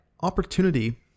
opportunity